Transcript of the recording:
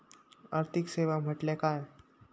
आर्थिक सेवा म्हटल्या काय?